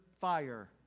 fire